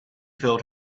filled